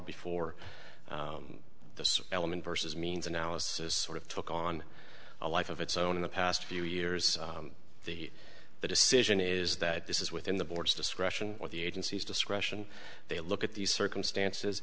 before the element versus means analysis sort of took on a life of its own in the past few years the decision is that this is within the board's discretion what the agency's discretion they look at these circumstances